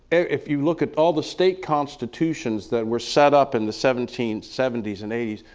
if you look at all the state constitutions that were set up in the seventeen seventy s and eighty s,